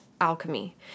alchemy